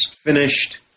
finished